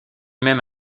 même